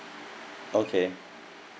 okay